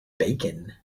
bacon